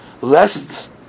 Lest